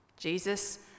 Jesus